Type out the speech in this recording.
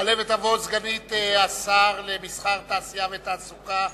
תעלה ותבוא סגנית שר המסחר, התעשייה והתעסוקה,